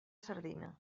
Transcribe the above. sardina